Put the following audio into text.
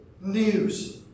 news